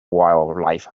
wildlife